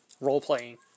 role-playing